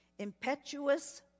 Impetuous